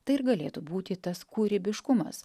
tai ir galėtų būti tas kūrybiškumas